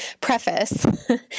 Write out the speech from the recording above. preface